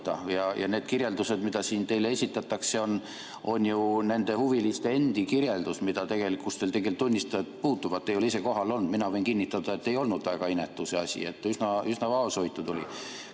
Ja need kirjeldused, mida teile siin esitatakse, on ju nende huviliste endi kirjeldus. Teil tunnistajad puuduvad, te ei ole ise kohal olnud. Mina võin kinnitada, et ei olnud väga inetu see asi, üsna vaoshoitud oli.